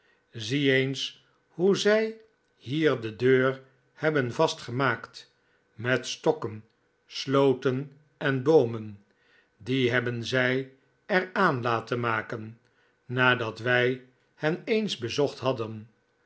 zie eens hoe zij hier de deur hebben vastgemaakt met stokken sloten en boomen die hebben zij er aan laten maken nadat wij hen eens bezocht hadden